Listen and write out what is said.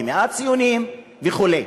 ב-100 ציונים וכו'.